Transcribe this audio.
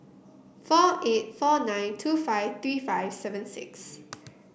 four eight four nine two five three five seven six